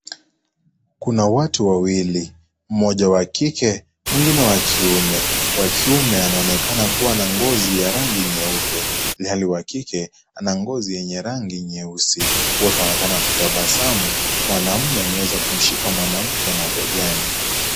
Kuna watu wawili, mmoja wa kike mwingine wa kiume ,wa kiume anaonekana kuwa na ngozi ya rangi nyeupe ilhali wa kike ana ngozi yenye rangi nyeusi. Wote wanaonekana kutabasamu, mwanaume ameweza kumshika mwanamke mabegani.